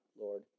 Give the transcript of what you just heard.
Lord